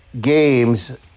games